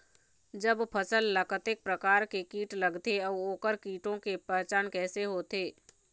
जब फसल ला कतेक प्रकार के कीट लगथे अऊ ओकर कीटों के पहचान कैसे होथे?